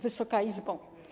Wysoka Izbo!